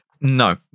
No